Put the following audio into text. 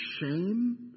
shame